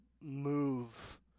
move